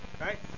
Right